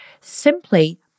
simply